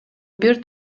бир